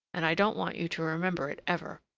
and i don't want you to remember it ever.